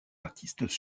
artistes